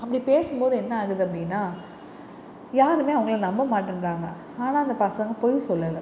அப்படி பேசும் போது என்ன ஆகுது அப்படினா யாருமே அவங்களை நம்ப மாட்டேன்கிறாங்க ஆனால் அந்த பசங்க பொய் சொல்லலை